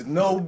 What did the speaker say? no